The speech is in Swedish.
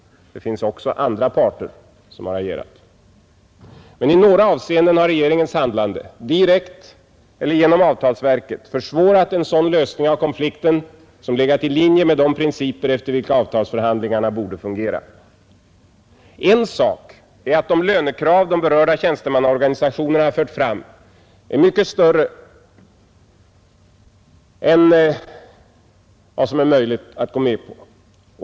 Det finns också andra parter som har agerat, men i några avseenden har regeringens handlande, direkt eller genom avtalsverket, försvårat en sådan lösning av konflikten som legat i linje med de principer efter vilka avtalsförhandlingarna borde fungera. En sak är att de lönekrav de berörda tjänstemannaorganisationerna fört fram är mycket större än vad som är möjligt att gå med på.